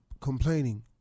complaining